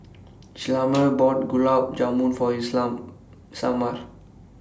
Hjalmer bought Gulab Jamun For Isamar